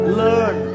learn